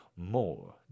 more